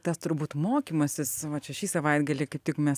tas turbūt mokymasis va čia šį savaitgalį kaip tik mes